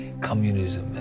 communism